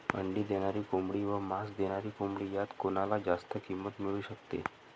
अंडी देणारी कोंबडी व मांस देणारी कोंबडी यात कोणाला जास्त किंमत मिळू शकते?